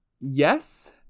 Yes